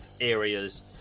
areas